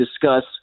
discuss